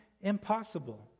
impossible